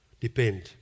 depend